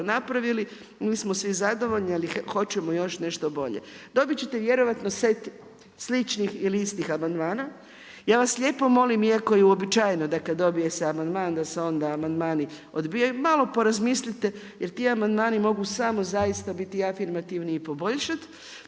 napravili, mi smo svi zadovoljni, ali hoćemo još nešto bolje. Dobiti ćete vjerojatno set sličnih ili istih amandmana. Ja vas lijepo molim, iako je uobičajeno, da kad dobije se amandman da se onda amandmani odbijaju, malo porazmislite, jer ti amandmani mogu samo zaista biti afirmativni i poboljšati.